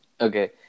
Okay